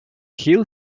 geel